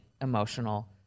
emotional